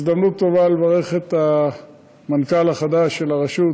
זו הזדמנות טובה לברך את המנכ"ל החדש של הרשות,